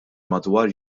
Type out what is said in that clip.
madwar